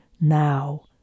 now